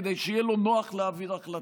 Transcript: כדי שיהיה לו נוח להעביר החלטות.